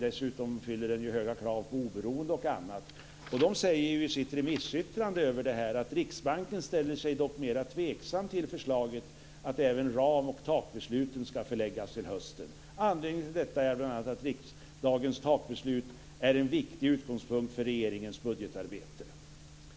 Dessutom uppfyller Riksbanken höga krav på oberoende. "Riksbanken ställer sig dock mera tveksam till förslaget att även ram och takbesluten skall förläggas till hösten. Anledningen till detta är bl.a. att riksdagens takbeslut är en viktig utgångspunkt för regeringens budgetarbete.